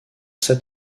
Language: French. sept